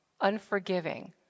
unforgiving